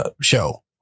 show